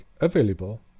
available